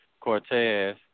Cortez